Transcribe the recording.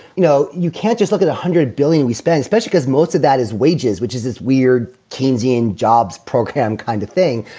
you know, you can't just look at one hundred billion we spend, especially as most of that is wages, which is this weird keynesian jobs program kind of thing.